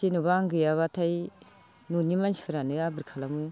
जेन'बा आं गैयाब्लाथाय न'नि मानसिफोरानो आबोर खालामो